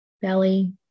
belly